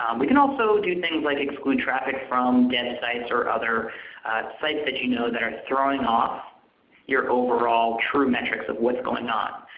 um we can also do things like exclude traffic from dev sites or other sites that you know that are throwing off your overall true metrics of what is going on.